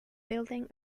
building